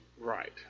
Right